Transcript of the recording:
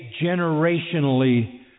generationally